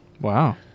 Wow